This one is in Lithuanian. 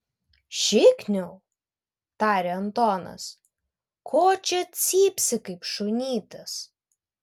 šikniau tarė antonas ko čia cypsi kaip šunytis